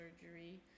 surgery